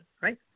Right